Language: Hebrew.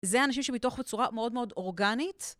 זה אנשים שבתוך צורה מאוד מאוד אורגנית.